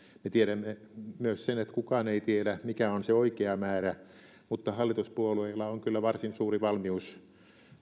me tiedämme myös sen että kukaan ei tiedä mikä on se oikea määrä mutta hallituspuolueilla on kyllä varsin suuri valmius